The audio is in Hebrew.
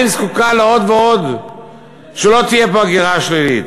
זקוקה לעוד ועוד ושלא תהיה פה הגירה שלילית?